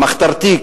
המחתרתי,